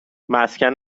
مسکن